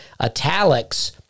italics